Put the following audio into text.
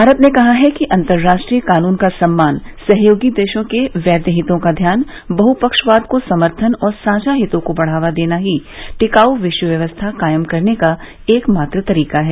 भारत ने कहा है कि अंतर्राष्ट्रीय कानून का सम्मान सहयोगी देशों के वैध हितों का ध्यान बहुपक्षवाद को समर्थन और साझा हितों को बढावा देना ही टिकाऊ विश्व व्यवस्था कायम करने का एकमात्र तरीका है